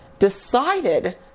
decided